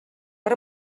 per